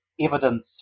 evidence